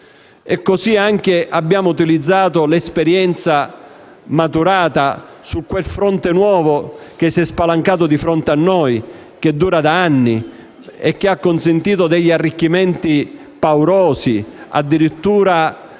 stesso modo, abbiamo utilizzato l'esperienza maturata su un versante nuovo che si è spalancato di fronte a noi, che dura da anni e che ha consentito arricchimenti paurosi, addirittura